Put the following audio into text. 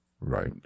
right